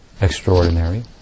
extraordinary